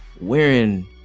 wearing